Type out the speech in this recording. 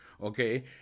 Okay